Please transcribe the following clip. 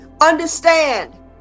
Understand